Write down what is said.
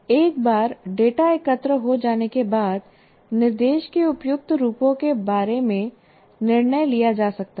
एक बार डेटा एकत्र हो जाने के बाद निर्देश के उपयुक्त रूपों के बारे में निर्णय लिया जा सकता है